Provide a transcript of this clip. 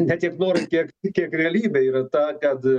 ne tiek norai tiek kiek realybė yra ta kad